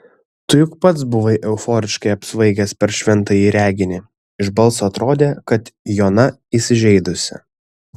tu juk pats buvai euforiškai apsvaigęs per šventąjį reginį iš balso atrodė kad jona įsižeidusi